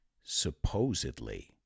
supposedly